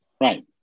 Right